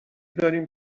داریم